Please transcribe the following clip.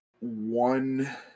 one